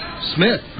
Smith